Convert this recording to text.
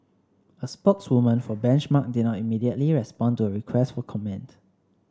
a spokeswoman for Benchmark did not immediately respond to a request for comment